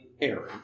Aaron